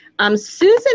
Susan